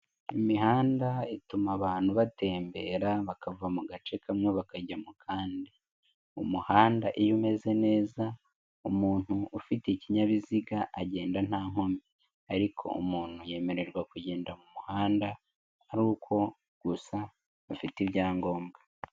Imihanda ituma abantu batembera bakava mu gace kamwe bakajya mu kandi, umuhanda iyo umeze neza umuntu ufite ikinyabiziga agenda nta nkomyi, ariko umuntu yemererwa kugenda mu muhanda ari uko gusa afite ibyangombwa.